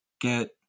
get